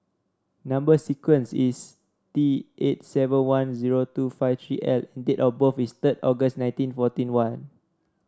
number sequence is T eight seven one zero two five three L date of birth is third August nineteen forty one